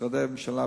משרדי הממשלה,